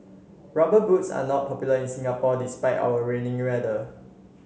rubber boots are not popular in Singapore despite our rainy weather